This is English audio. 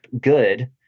good